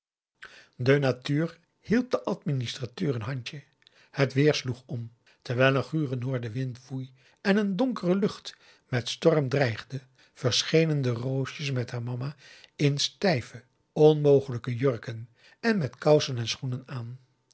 de natuur hielp den administrateur een handje het weer sloeg om terwijl een gure noordenwind woei en een donkere lucht met storm dreigde verschenen de roosjes met haar mama in stijve onmogelijke jurken en met kousen en schoenen aan